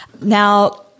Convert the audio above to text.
Now